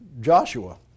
Joshua